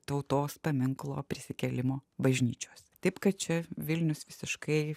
tautos paminklo prisikėlimo bažnyčios taip kad čia vilnius visiškai